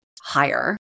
higher